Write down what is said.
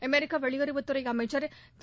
அமெிக்க வெளியறவுத்துறை அமைச்சர் திரு